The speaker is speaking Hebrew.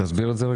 תסביר את זה.